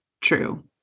true